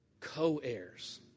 Co-heirs